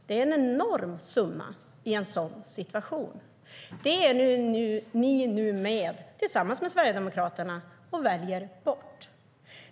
Det är en enorm summa i en sådan situation. Det är ni nu med om att välja bort tillsammans med Sverigedemokraterna.